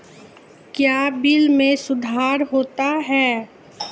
क्या बिल मे सुधार होता हैं?